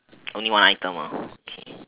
only one item ah okay